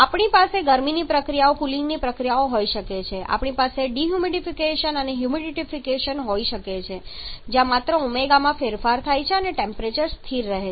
આપણી પાસે ગરમીની પ્રક્રિયા કુલિંગની પ્રક્રિયા હોઈ શકે છે આપણી પાસે ડિહ્યુમિડિફિકેશન અને હ્યુમિડિફિકેશન હોઈ શકે છે જ્યાં માત્ર ω માં ફેરફાર થાય અને ટેમ્પરેચર સ્થિર રહે છે